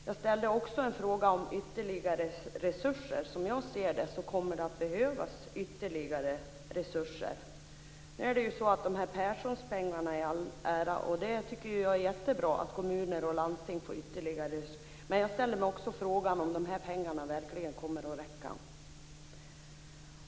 Jag ställde också en fråga om ytterligare resurser. Som jag ser det kommer det att behövas ytterligare resurser. Perssonpengarna i all ära - det är jättebra att kommuner och landsting får ytterligare resurser - men jag undrar också om dessa pengar verkligen kommer att räcka.